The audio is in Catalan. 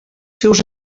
seus